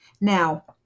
Now